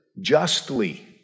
justly